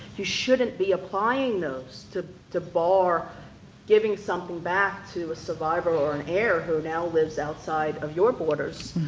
you shouldn't be applying those to to bar giving something back to a survivor or an heir who now lives outside of your borders.